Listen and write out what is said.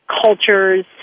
cultures